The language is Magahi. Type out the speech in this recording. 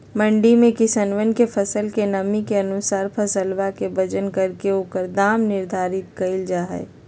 मंडी में किसनवन के फसल के नमी के अनुसार फसलवा के वजन करके ओकर दाम निर्धारित कइल जाहई